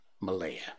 Malaya